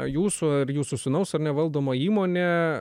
jūsų ar jūsų sūnaus ar ne valdoma įmonė